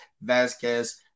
Vasquez